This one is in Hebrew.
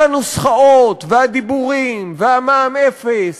כל הנוסחאות והדיבורים והמע"מ אפס,